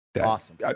Awesome